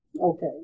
Okay